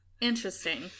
Interesting